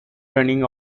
running